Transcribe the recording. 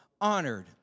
honored